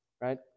right